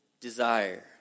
desire